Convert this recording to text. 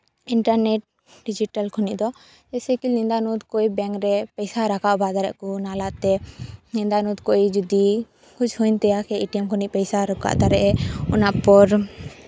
internet digital ᱠᱷᱚᱱᱤᱜ ᱫᱚ ᱡᱮᱭᱥᱮ ᱠᱤ ᱯᱚᱭᱥᱟ ᱨᱟᱠᱷᱟ ᱵᱟᱸᱫᱷ ᱨᱮᱠᱚ ᱱᱟᱞᱟ ᱛᱮ ᱧᱤᱫᱟᱹ ᱧᱩᱛ ᱠᱚ ᱡᱩᱫᱤ ᱠᱩᱪ ᱦᱩᱭᱮᱱ ᱛᱟᱭᱟ ᱠᱤ ᱮᱴᱤᱮᱢ ᱠᱷᱚᱱᱤᱜ ᱯᱚᱭᱥᱟ ᱨᱟᱠᱟᱵ ᱫᱟᱲᱮᱜᱼᱟᱭ ᱚᱱᱟ ᱯᱚᱨ